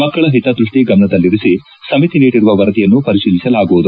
ಮಕ್ಕಳ ಹಿತದ್ಬಷ್ಡಿ ಗಮನದಲ್ಲಿರಿಸಿ ಸಮಿತಿ ನೀಡಿರುವ ವರದಿಯನ್ನು ಪರಿಶೀಲಿಸಲಾಗುವುದು